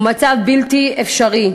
הוא מצב בלתי אפשרי.